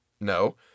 no